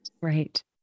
Right